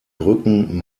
brücken